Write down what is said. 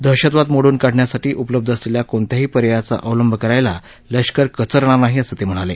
दहशतवाद मोडून काढण्यासाठी उपलब्ध असलेल्या कोणत्याही पर्यायाचा अवलंब करायला लष्कर कचरणार नाही असं ते म्हणाले